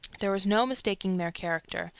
there was no mistaking their character.